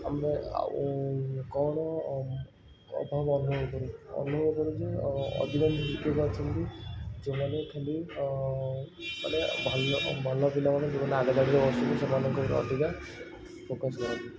ଆମର ଆଉ କ'ଣ ପାଇଁନା ଅଭାବ ଅନୁଭବ କରୁ ଅନୁଭବ କରୁ ଯେ ଅଧିକ ଏମିତି ଶିକ୍ଷକ ଅଛନ୍ତି ଯେଉଁମାନେ ଖାଲି ମାନେ ଭଲ ଭଲ ପିଲାମାନଙ୍କୁ ଯେଉଁମାନେ ଖାଲି ଆଗ ଧାଡ଼ିରେ ବସନ୍ତି ସେମାନଙ୍କ ଉପରେ ଅଧିକା ଫୋକସ୍ କରନ୍ତି